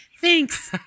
Thanks